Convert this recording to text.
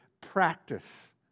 practice